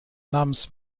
namens